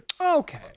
okay